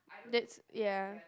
that's ya